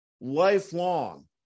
lifelong